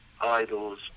idols